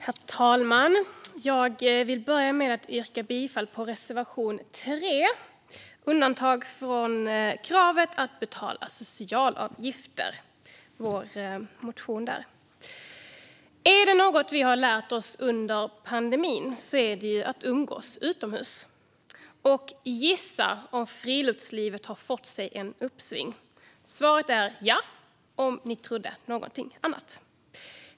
Herr talman! Jag vill inledningsvis yrka bifall till reservation 3 om undantag från kravet att betala sociala avgifter. Om det är något vi lärt oss av pandemin är det att umgås utomhus. Gissa om friluftslivet har fått sig ett uppsving! Svaret är ja, om nu någon trodde något annat.